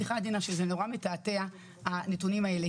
סליחה עדינה שזה נורא מתעתע הנתונים האלה,